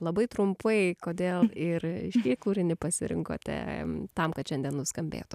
labai trumpai kodėl ir šį kūrinį pasirinkote tam kad šiandien nuskambėtų